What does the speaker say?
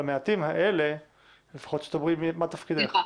למעטים האלה לפחות שתאמרי מה תפקידך.